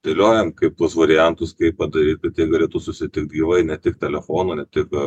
dėliojam kaip tuos variantus kaip padaryt kad jie galėtų susitikt gyvai ne tik telefonu ne tik